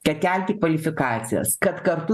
kad kelti kvalifikacijas kad kartu